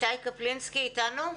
איתי קפלינסקי איתנו?